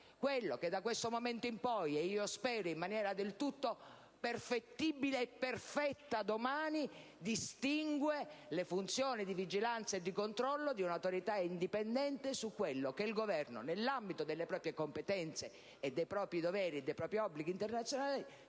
quello che, da questo momento in poi e, io spero, in maniera del tutto perfettibile e perfetta domani, distingue le funzioni di vigilanza e controllo di un'autorità indipendente su ciò che il Governo, nell'ambito delle proprie competenze, dei propri doveri e dei propri obblighi internazionali,